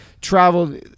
traveled